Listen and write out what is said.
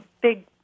big